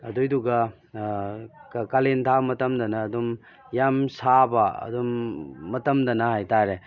ꯑꯗꯨꯏꯗꯨꯒ ꯀꯥꯂꯦꯟ ꯊꯥ ꯃꯇꯝꯗꯅ ꯑꯗꯨꯝ ꯌꯥꯝ ꯁꯥꯕ ꯑꯗꯨꯝ ꯃꯇꯝꯗꯅ ꯍꯥꯏꯇꯥꯔꯦ